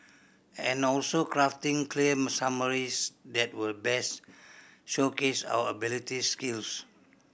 and also crafting clear summaries that will best showcase our abilities skills